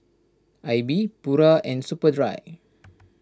Aibi Pura and Superdry